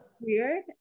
Weird